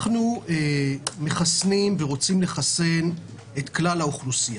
אנחנו מחסנים ורוצים לחסן את כלל האוכלוסייה.